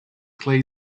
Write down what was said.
clay